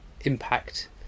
impact